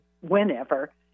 whenever